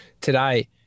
today